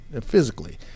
physically